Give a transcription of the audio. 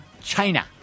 China